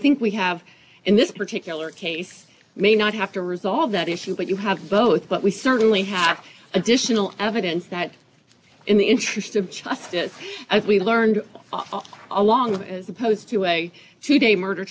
think we have in this particular case may not have to resolve that issue but you have both but we certainly have additional evidence that in the interest of justice as we learned along as opposed to a two day murder